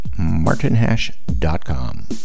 martinhash.com